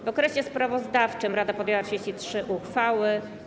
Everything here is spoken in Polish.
W okresie sprawozdawczym rada podjęła 33 uchwały.